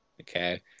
Okay